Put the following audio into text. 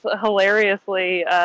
hilariously